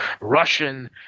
Russian